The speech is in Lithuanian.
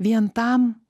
vien tam